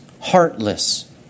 heartless